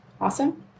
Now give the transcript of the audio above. awesome